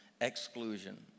exclusion